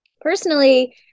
Personally